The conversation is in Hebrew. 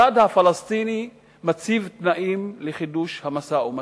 הצד הפלסטיני מציב תנאים לחידוש המשא-ומתן,